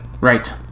Right